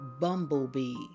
bumblebee